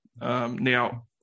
Now